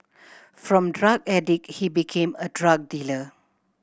from drug addict he became a drug dealer